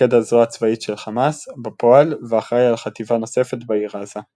מפקד הזרוע הצבאית של חמאס בפועל ואחראי על חטיבה נוספת בעיר עזה.